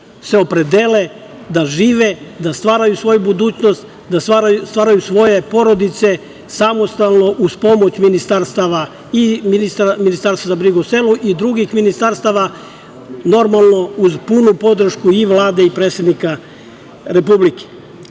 se opredele da žive, da stvaraju svoju budućnost, da stvaraju svoje porodice samostalno uz pomoć Ministarstva za brigu o selu i drugih ministarstava, normalno uz punu podršku i Vlade i predsednika